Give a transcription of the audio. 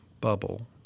bubble